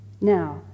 now